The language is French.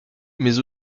mais